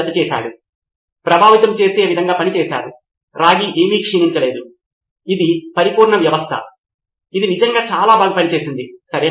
కాబట్టి కావలసిన ఫలితంతో ఇవన్నీఅర్థవంతమేనా అని తిరిగి తనిఖీ చేస్తూ ఉండండి దీనిని సిద్ధం చేయడానికి సమయాన్ని తగ్గించగలమా అలాగే ఇది ఆ అంశంపై మంచి అవగాహనను ఇస్తుందా